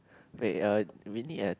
wait uh we need a